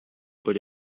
but